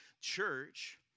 church